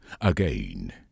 Again